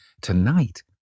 Tonight